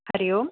हरिः ओम्